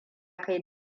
kai